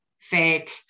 fake